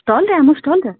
ଷ୍ଟଲ୍ରେ ଆମ ଷ୍ଟଲ୍ର